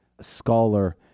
scholar